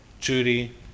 Judy